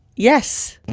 yes!